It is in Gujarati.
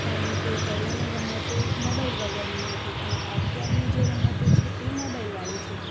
કારણ કે પહેલાની રમતો મોબાઈલ વગરની હતી અને અત્યારની જે રમતો છે મોબાઈલવાળી છે